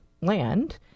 land